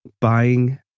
Buying